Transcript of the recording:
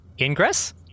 ingress